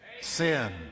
sin